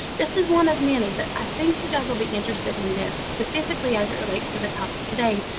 this is one of many, but i think you guys will be interested in this, specifically as it relates to the topic today.